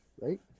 right